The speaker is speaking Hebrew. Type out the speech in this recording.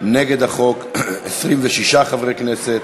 נגד החוק, 26 חברי כנסת.